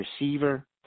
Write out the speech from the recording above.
receiver